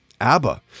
ABBA